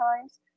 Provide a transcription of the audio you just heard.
times